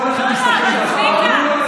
כל אחד יסתכל, לא, לא,